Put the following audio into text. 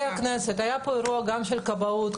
היה פה אירוע גם של כבאות,